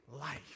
life